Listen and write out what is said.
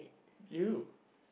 you